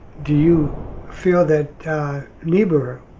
do you feel that neberer,